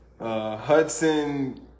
Hudson